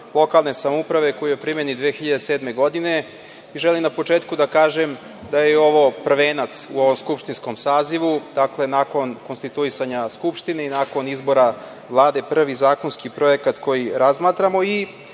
lokalne samouprave, koji je u primeni od 2007. godine. Želim na početku da kažem da je ovo prvenac u ovom skupštinskom sazivu, dakle, nakon konstituisanja Skupštine i nakon izbora Vlade, prvi zakonski projekat koji razmatramo i,